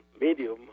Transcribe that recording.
medium